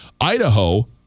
Idaho